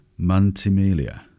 Mantimelia